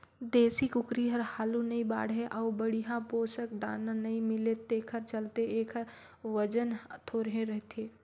देसी कुकरी हर हालु नइ बाढ़े अउ बड़िहा पोसक दाना नइ मिले तेखर चलते एखर ओजन थोरहें रहथे